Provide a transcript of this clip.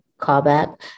callback